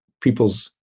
people's